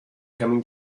coming